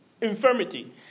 infirmity